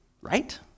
right